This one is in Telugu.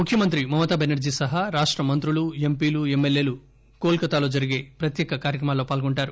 ముఖ్యమంత్రి మమతా బెనర్జీ సహా రాష్ట మంత్రులు ఎంపీలు ఎమ్మెల్యేలు కోల్ కతాలో జరిగే ప్రత్యేక కార్యక్రమాల్లో పాల్గొంటారు